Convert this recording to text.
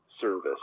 service